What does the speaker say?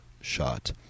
shot